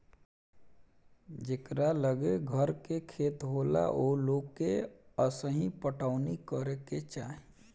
जेकरा लगे घर के खेत होला ओ लोग के असही पटवनी करे के चाही